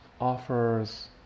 offers